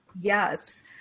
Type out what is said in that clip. Yes